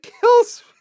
kills